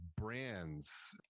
brands